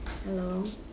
hello